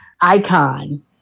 icon